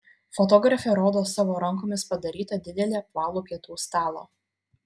fotografė rodo savo rankomis padarytą didelį apvalų pietų stalą